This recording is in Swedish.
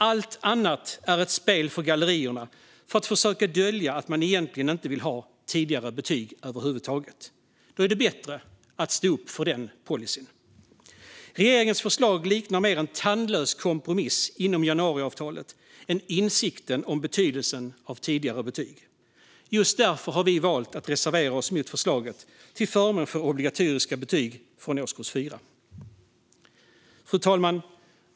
Allt annat är ett spel för gallerierna för att försöka dölja att man egentligen inte vill ha tidigare betyg över huvud taget. Då är det bättre att stå upp för den policyn. Regeringens förslag liknar mer en tandlös kompromiss inom januariavtalet än en insikt om betydelsen av tidigare betyg. Just därför har vi valt att reservera oss mot förslaget till förmån för obligatoriska betyg från årskurs 4. Fru talman!